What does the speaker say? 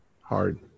hard